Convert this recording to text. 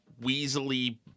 weaselly